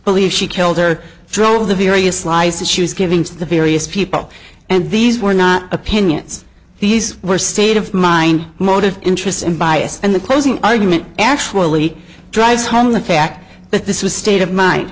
believe she killed her drove the various lies that she was giving to the various people and these were not opinions these were state of mind motive interest in bias and the closing argument actually drives home the fact that this was state of mind